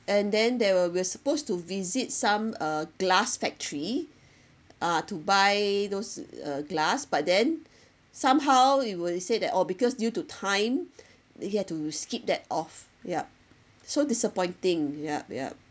and then there were we're supposed to visit some uh glass factory uh to buy those uh glass but then somehow it would say that oh because due to time we had to skip that of yup so disappointing yup yup